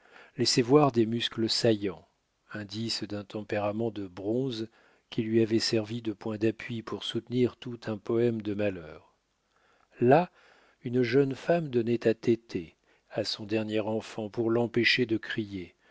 laissait voir des muscles saillants indice d'un tempérament de bronze qui lui avait servi de point d'appui pour soutenir tout un poème de malheurs là une jeune femme donnait à téter à son dernier enfant pour l'empêcher de crier